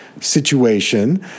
situation